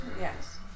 Yes